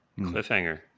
Cliffhanger